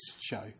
show